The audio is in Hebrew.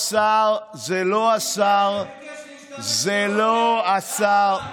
השר עמר בר לב סיפר שביקש להשתמש, בהר הבית.